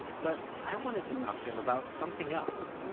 but i wanted to talk to him about something else.